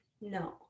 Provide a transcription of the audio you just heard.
no